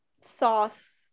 sauce